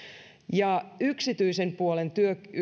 ja yksityisen puolen